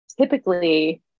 typically